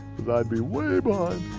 because i'd be way behind.